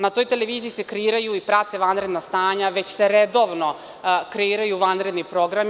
Na toj televiziji se kreiraju i prate vanredna stanja već se redovno kreiraju vanredni programi.